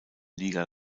liga